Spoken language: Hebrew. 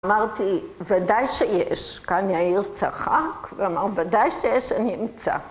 אמרתי, ודאי שיש. כאן יאיר צחק ואמר, ודאי שיש, אני אמצא.